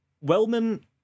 Wellman